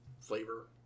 flavor